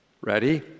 Ready